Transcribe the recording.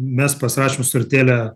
mes pasirašėm sutartėlę